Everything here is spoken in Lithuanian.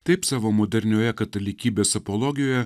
taip savo modernioje katalikybės apologijoje